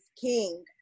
King